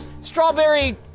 Strawberry